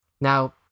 Now